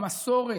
במסורת,